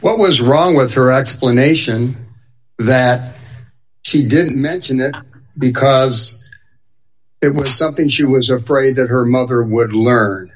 what was wrong with her explanation that she didn't mention it because it was something she was afraid that her mother would